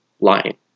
lying